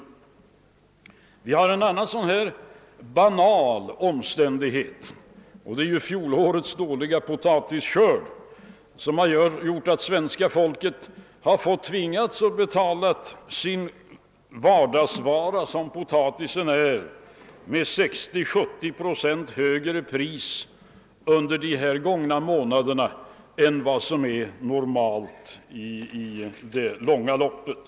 Det finns en annan sådan här banal omständighet, nämligen fjolårets dåliga potatisskörd, som har gjort att svenska folket har tvingats att betala den vardagsvara, som potatisen är, med 60—70 procent högre pris under de gångna månaderna än vad som är normalt i det långa loppet.